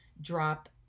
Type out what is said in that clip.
drop